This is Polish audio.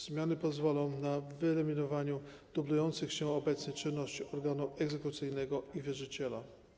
Zmiany pozwolą na wyeliminowanie dublujących się obecnie czynności organu egzekucyjnego i wierzyciela.